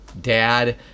dad